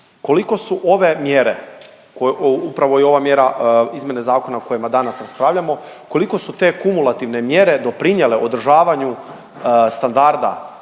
koliko su ove mjere, upravo i ova mjera izmjene zakona o kojima danas raspravljamo, koliko su te kumulativne mjere doprinjele održavanju standarda